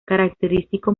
característico